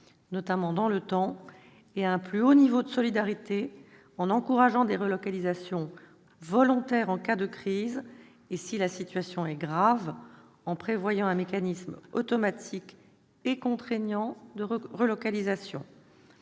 notamment dans le temps, et à un plus haut niveau de solidarité en encourageant des relocalisations volontaires en cas de crise et, si la situation est grave, en prévoyant un mécanisme automatique et contraignant de relocalisation.